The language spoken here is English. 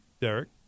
Derek